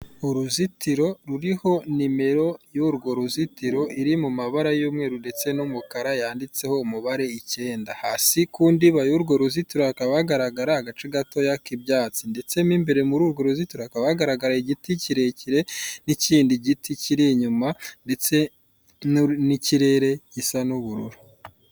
Uruzitiro ruriho nimero yurwo ruzitiro iri mumabara y'umweru ndetse n'umukara hariho umubare icyenda. Hasi kundiba yurwo rusitiro hakaba hagaragara igice gito cy'ibwatsi, ndetse n'imbere muri urwo ruzitiro hakaba hari igiti kirekire n'ikindi giti cyiri inyuma ndetse hakaba hagaragara n'ikirerere cyiri mwibara ry'ubururu.